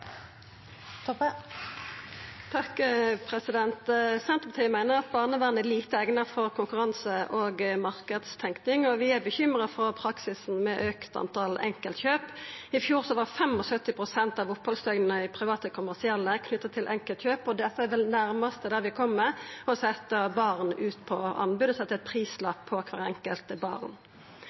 Senterpartiet meiner at barnevernet er lite eigna for konkurranse- og marknadstenking, og vi er bekymra for auken i talet på enkeltkjøp. I fjor var 75 pst. av opphaldsdøgna i private kommersielle knytt til enkeltkjøp, og det er vel det nærmaste vi kjem å setja barn ut på anbod og å setja ein prislapp på kvart enkelt barn.